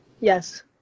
Yes